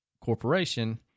corporation